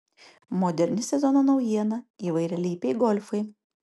moderni sezono naujiena įvairialypiai golfai